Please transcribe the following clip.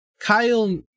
Kyle